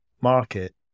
market